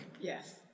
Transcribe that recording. Yes